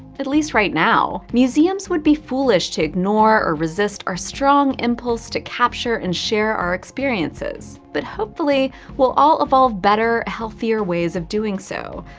at least right now. museums would be foolish to ignore or resist our strong impulse to capture and share our experiences. but hopefully we'll all evolve better, healthier ways of doing so,